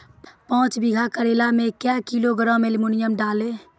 पाँच बीघा करेला मे क्या किलोग्राम एलमुनियम डालें?